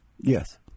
Yes